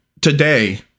today